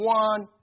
one